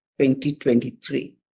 2023